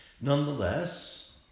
Nonetheless